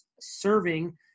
serving